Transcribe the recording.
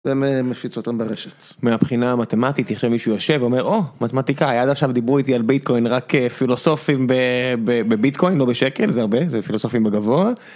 מפיץ אותם ברשת. מהבחינה המתמטית עכשיו מישהו יושב ואומר, או! מתמטיקאי עד עכשיו דיברו איתי על ביטקוין רק פילוסופים בביטקוין, לא בשקל, זה הרבה, זה פילוסופים בגבוה.